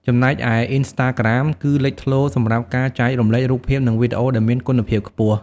ចំណែកឯ អ៊ីនស្តាក្រាម គឺលេចធ្លោសម្រាប់ការចែករំលែករូបភាព និងវីដេអូដែលមានគុណភាពខ្ពស់។